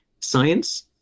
science